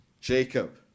Jacob